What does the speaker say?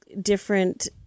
different